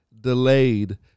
delayed